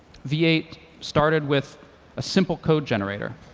v eight started with a simple code generator,